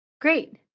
Great